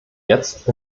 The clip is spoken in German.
jetzt